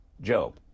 Joe